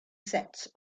sets